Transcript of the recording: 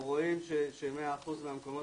ואנחנו נשמח לפתוח את הדיון גם לאפשרות לפתרונות.